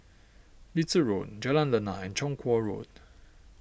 Little Road Jalan Lana and Chong Kuo Road